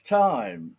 time